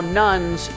nuns